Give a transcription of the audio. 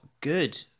good